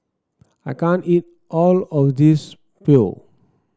I can't eat all of this Pho